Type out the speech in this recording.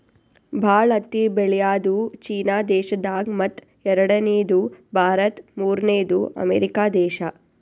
ಭಾಳ್ ಹತ್ತಿ ಬೆಳ್ಯಾದು ಚೀನಾ ದೇಶದಾಗ್ ಮತ್ತ್ ಎರಡನೇದು ಭಾರತ್ ಮೂರ್ನೆದು ಅಮೇರಿಕಾ ದೇಶಾ